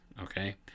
Okay